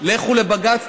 לכו לבג"ץ,